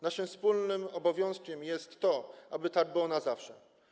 Naszym wspólnym obowiązkiem jest to, aby tak było na zawsze.